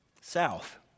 south